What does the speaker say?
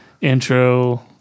intro